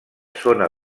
zona